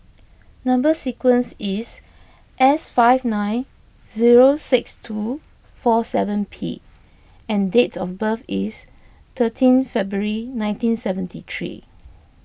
Number Sequence is S five nine zero six two four seven P and date of birth is thirteen February nineteen seventy three